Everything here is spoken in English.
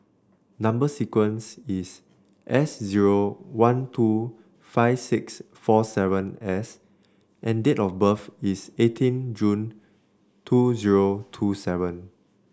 number sequence is S zero one two five six four seven S and date of birth is eighteen June two zero two seven